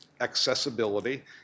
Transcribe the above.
accessibility